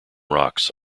rocks